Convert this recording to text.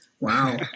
Wow